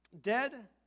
dead